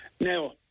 Now